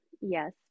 Yes